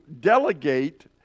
delegate